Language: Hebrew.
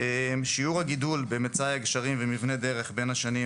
שיעור הגידול במצאי הגשרים ומבני הדרך בין השנים